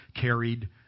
carried